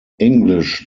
english